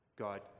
God